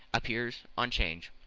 appears on change